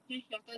it's your turn